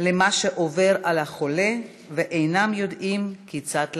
למה שעובר על החולה ואינם יודעים כיצד להגיב.